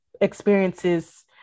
experiences